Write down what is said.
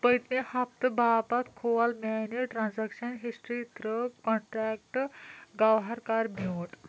پٔتمہِ ہفتہٕ باپتھ کھول میٲنۍ ٹرانٛزیکشن ہسٹری تہٕ کنٹیکٹ گَوہر کَر میوٗٹ